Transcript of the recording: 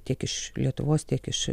tiek iš lietuvos tiek iš